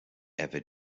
ever